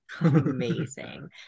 Amazing